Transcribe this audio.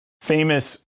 famous